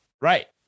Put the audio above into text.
right